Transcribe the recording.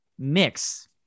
mix